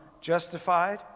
justified